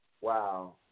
Wow